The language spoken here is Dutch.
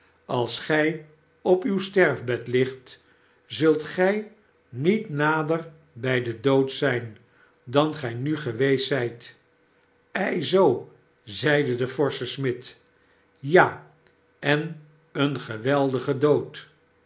als gij op uw sterfbed ligt zult gij niet nader bij den dood zijn dan gij nu geweest zijt ei zoo zeide de forsche smid ja en een geweldige dood